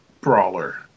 brawler